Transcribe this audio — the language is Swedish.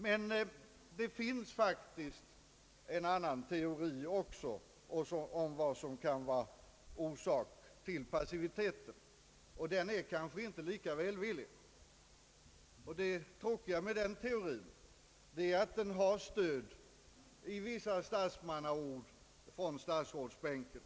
Men det finns faktiskt en annan teori om vad som kan vara orsaken till statsmakternas passivitet, och den är kanske inte lika välvillig. Det tråkiga med den teorin är att den har stöd i vissa uttalanden från statsrådsbänken.